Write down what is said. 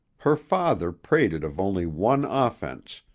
her father prated of only one offense,